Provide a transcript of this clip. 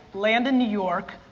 land in new york,